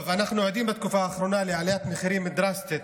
אנחנו עדים בתקופה האחרונה לעליית מחירים דרסטית,